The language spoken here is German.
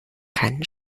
keinen